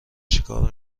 چیکار